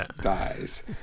dies